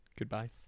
Goodbye